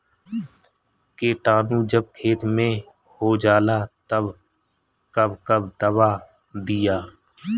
किटानु जब खेत मे होजाला तब कब कब दावा दिया?